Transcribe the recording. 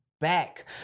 back